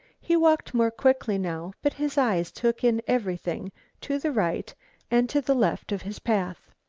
he walked more quickly now, but his eyes took in everything to the right and to the left of his path.